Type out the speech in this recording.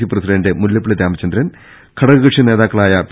C president Mullappally Ramachandran ഘടക കക്ഷി നേതാക്കളായ പി